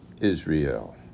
Israel